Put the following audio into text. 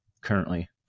currently